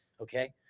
Okay